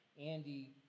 Andy